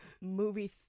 movie